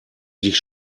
dich